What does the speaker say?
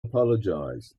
apologize